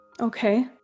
Okay